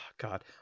God